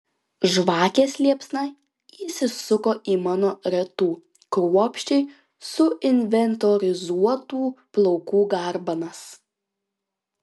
žvakės liepsna įsisuko į mano retų kruopščiai suinventorizuotų plaukų garbanas